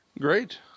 great